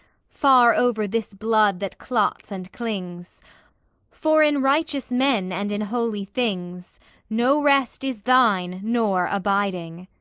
far over this blood that clots and clings for in righteous men and in holy things no rest is thine nor abiding!